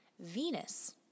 Venus